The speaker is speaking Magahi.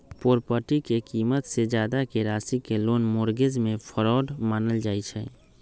पोरपटी के कीमत से जादा के राशि के लोन मोर्गज में फरौड मानल जाई छई